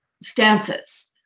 stances